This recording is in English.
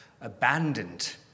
abandoned